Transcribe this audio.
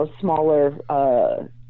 smaller